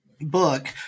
book